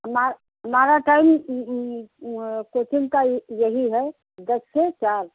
हमा हमारा time coaching का यही है दस से चार